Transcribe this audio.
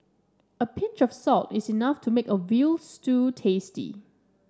a pinch of salt is enough to make a veal stew tasty